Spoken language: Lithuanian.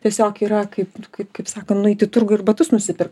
tiesiog yra kaip kaip kaip sakan nueiti į turgų ir batus nusipirkt